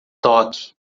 toque